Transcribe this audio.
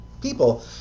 people